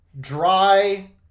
dry